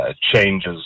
changes